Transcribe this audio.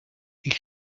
ich